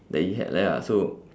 that it had like ya so